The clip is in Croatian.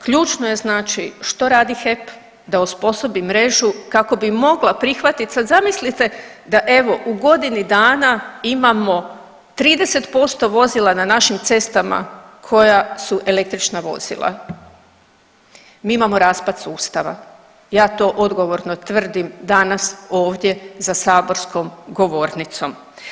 Ključno je znači što radi HEP da osposobi mrežu kako bi mogla prihvatit, sad zamislite da evo u godini dana imamo 30% vozila na našim cestama koja su električna vozila, mi imamo raspad sustava, ja to odgovorno tvrdim danas ovdje za saborskom govornicom.